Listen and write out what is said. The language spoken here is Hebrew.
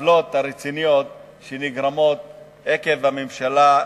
ועל העוולות הרציניות שנגרמות עקב הממשלה.